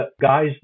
guys